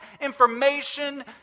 information